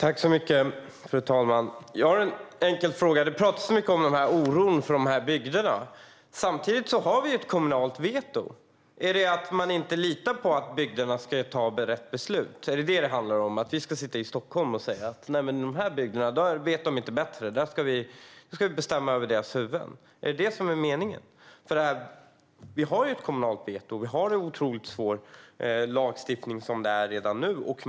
Fru talman! Jag har en enkel fråga. Det talas mycket om oron från olika bygder. Samtidigt har vi ett kommunalt veto. Litar ni inte på att bygderna ska fatta rätt beslut? Handlar det om det? Ska vi sitta i Stockholm och säga: Nämen i de här bygderna vet de inte bättre. Vi måste bestämma över deras huvuden. Är det detta som är meningen? Vi har ju ett kommunalt veto och en otroligt svår lagstiftning redan nu.